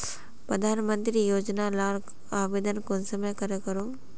प्रधानमंत्री योजना लार आवेदन कुंसम करे करूम?